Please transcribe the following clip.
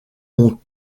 ont